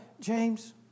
James